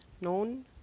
known